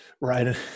Right